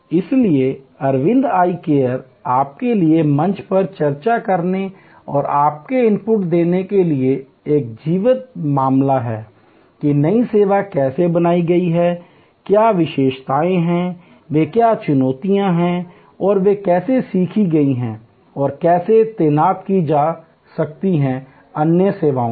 इसलिए Aravind eye care आपके लिए मंच पर चर्चा करने और आपके इनपुट देने के लिए एक जीवंत मामला है कि नई सेवा कैसे बनाई गई है क्या विशेषताएं हैं वे क्या चुनौतियां हैं और वे कैसे सीखी गई हैं और कैसे तैनात की जा सकती हैं अन्य सेवाओं में